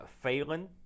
Phelan